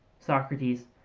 socrates,